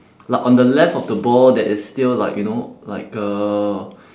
like on the left of the ball there is still like you know like uh